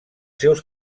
seus